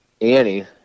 Annie